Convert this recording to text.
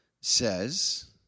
says